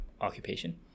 occupation